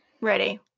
Ready